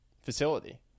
facility